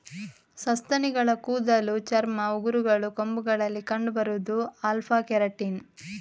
ಸಸ್ತನಿಗಳ ಕೂದಲು, ಚರ್ಮ, ಉಗುರುಗಳು, ಕೊಂಬುಗಳಲ್ಲಿ ಕಂಡು ಬರುದು ಆಲ್ಫಾ ಕೆರಾಟಿನ್